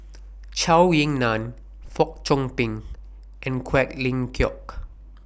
Zhou Ying NAN Fong Chong Pik and Quek Ling